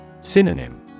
Synonym